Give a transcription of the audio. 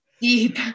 deep